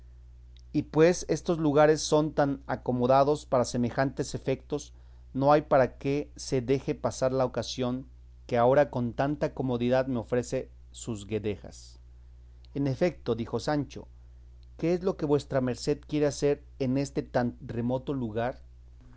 y pues estos lugares son tan acomodados para semejantes efectos no hay para qué se deje pasar la ocasión que ahora con tanta comodidad me ofrece sus guedejas en efecto dijo sancho qué es lo que vuestra merced quiere hacer en este tan remoto lugar